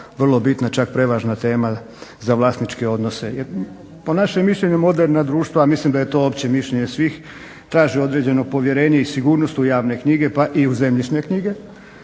vrlo bitna čak prevažna tema za vlasničke odnose. Jer po našem mišljenju moderna društva, a mislim da je to opće mišljenje svih traži određeno povjerenje i sigurnost u javne knjige pa i u zemljišne knjige,